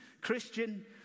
Christian